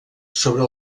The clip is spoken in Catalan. sobre